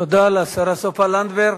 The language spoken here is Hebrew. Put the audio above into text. תודה לשרה סופה לנדבר.